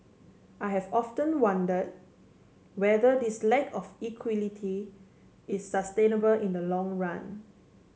I have often wonder whether this lack of equality is sustainable in the long run